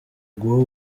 guha